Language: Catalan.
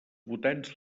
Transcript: votants